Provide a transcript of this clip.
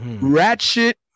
ratchet